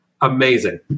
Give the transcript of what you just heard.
Amazing